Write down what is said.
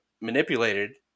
manipulated